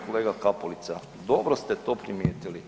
Kolega Kapulica, dobro ste to primijetili.